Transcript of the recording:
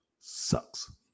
Sucks